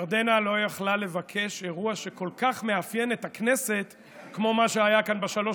ירדנה לא יכלה לבקש אירוע שכל כך מאפיין את הכנסת כמו מה שהיה כאן בשלוש